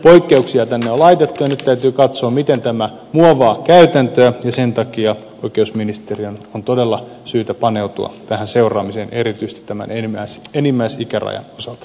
poikkeuksia tänne on laitettu ja nyt täytyy katsoa miten tämä muovaa käytäntöä ja sen takia oikeusministeriön on todella syytä paneutua tähän seuraamiseen erityisesti tämän enimmäisikärajan osalta